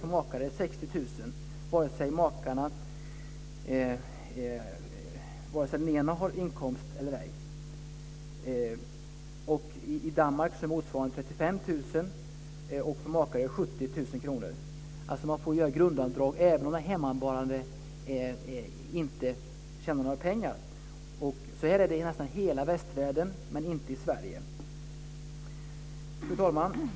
För makar är det 60 000 oavsett om båda har inkomst eller ej. I Danmark är motsvarande avdrag 35 000, och för makar är det 70 000 kr. Man får göra grundavdrag även om den hemmavarande inte tjänar några pengar. Så här är det i nästan hela västvärlden, men inte i Sverige. Fru talman!